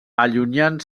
allunyant